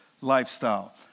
lifestyle